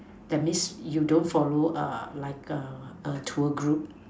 that means you don't follow a like a tour group